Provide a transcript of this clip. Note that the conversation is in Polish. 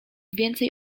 więcej